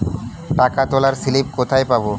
টাকা তোলার স্লিপ কোথায় পাব?